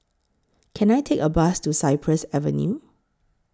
Can I Take A Bus to Cypress Avenue